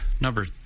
Number